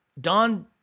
Don